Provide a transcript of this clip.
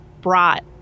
brought